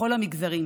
בכל המגזרים.